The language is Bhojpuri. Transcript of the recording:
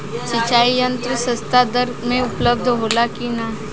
सिंचाई यंत्र सस्ता दर में उपलब्ध होला कि न?